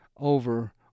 over